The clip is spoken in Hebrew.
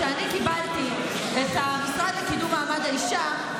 כשאני קיבלתי את המשרד לקידום מעמד האישה,